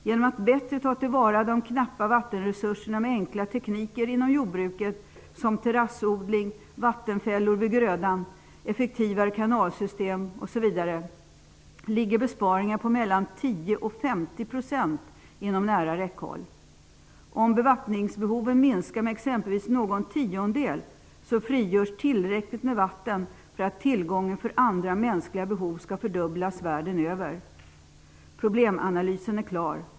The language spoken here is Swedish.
Genom att man bättre tar till vara de knappa vattenresurserna med enkla tekniker inom jordbruket såsom terassodling, vattenfällor vid grödan och effektivare kanalsystem är besparingar på mellan 10 % och 50 % inom nära räckhåll. Om bevattningsbehoven minskar med exempelvis någon tiondel, frigörs tillräckligt med vatten för att tillgången för andra mänskliga behov skall fördubblas världen över. Problemanalysen är klar.